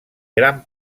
gran